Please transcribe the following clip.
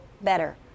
better